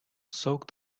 soak